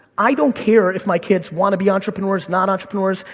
i don't care if my kids wanna be entrepreneurs, not entrepreneurs,